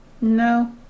No